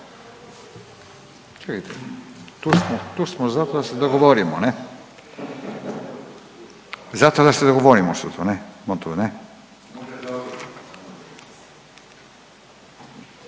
tu smo, tu smo zato da se dogovorimo ne, zato da se dogovorimo smo tu ne, smo tu ne.